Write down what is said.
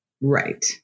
right